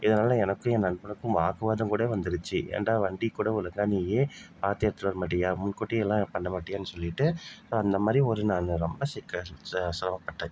இதனால் எனக்கும் என் நண்பனுக்கும் வாக்குவாதம் கூட வந்துடுச்சு ஏன்டா வண்டியைக் கூட ஒழுங்கா நீ பார்த்து எடுத்துட்டு வரமாட்டியா முன்கூட்டியே எல்லாம் பண்ண மாட்டியான்னு சொல்லிட்டு அந்தமாதிரி ஒரு நான் ரொம்ப சிக்கல் சிரமப்பட்டேன்